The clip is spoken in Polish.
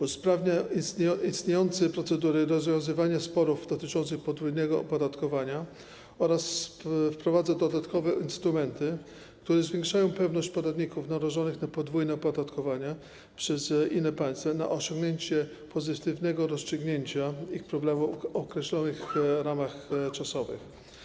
Usprawnia ona istniejące procedury rozwiązywania sporów dotyczących podwójnego opodatkowania oraz wprowadza dodatkowe instrumenty, które zwiększają pewność podatników narażonych na podwójne opodatkowanie przez inne państwa, jeśli chodzi o osiągnięcie pozytywnego rozstrzygnięcia ich problemów w określonych ramach czasowych.